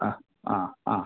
ആ ആ ആ